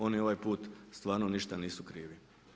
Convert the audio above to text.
Oni ovaj put stvarno ništa nisu krivi.